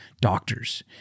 doctors